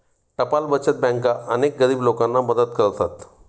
टपाल बचत बँका अनेक गरीब लोकांना मदत करतात